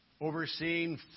overseeing